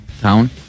town